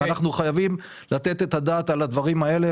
אנחנו חייבים לתת את הדעת על הדברים האלה,